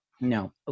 No